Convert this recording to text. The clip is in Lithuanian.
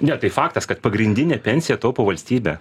ne tai faktas kad pagrindinę pensiją taupo valstybė